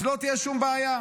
אז לא תהיה שום בעיה,